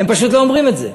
הם פשוט לא אומרים את זה.